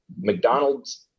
McDonald's